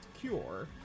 cure